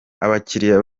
abakiriya